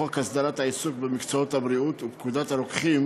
חוק הסדרת העיסוק במקצועות הבריאות ופקודת הרוקחים,